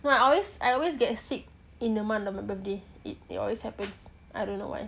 well I always I always get sick in the month of my birthday it always happens I don't know why